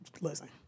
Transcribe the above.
listen